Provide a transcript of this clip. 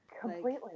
Completely